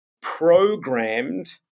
programmed